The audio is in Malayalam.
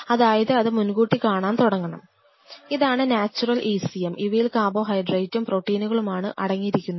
അതായത് അത് മുൻകൂട്ടി കാണാൻ തുടങ്ങണം ഇതാണ് നാച്ചുറൽ ECM ഇവയിൽ കാർബോഹൈഡ്രേറ്റും പ്രോട്ടീനുമാണ് അടങ്ങിയിരിക്കുന്നത്